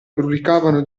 brulicavano